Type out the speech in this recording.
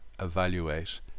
evaluate